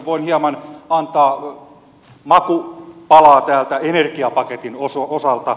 voin hieman antaa makupalaa täältä energiapaketin osalta